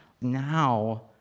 Now